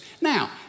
Now